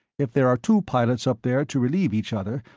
if there are two pilots up there to relieve each other,